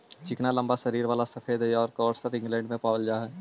चिकना लम्बा शरीर वाला सफेद योर्कशायर इंग्लैण्ड में पावल जा हई